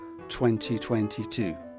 2022